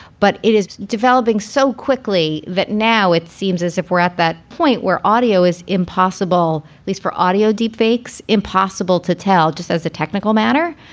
but it is developing so quickly that now it seems as if we're at that point where audio is impossible. least for audio deep fakes, impossible to tell. just as a technical matter,